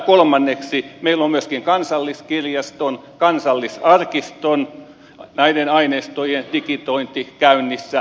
kolmanneksi meillä on myöskin kansalliskirjaston ja kansallisarkiston aineistojen digitointi käynnissä